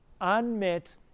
unmet